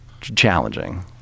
challenging